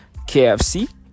KFC